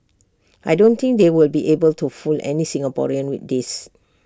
I don't think they will be able to fool any Singaporeans with this